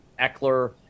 Eckler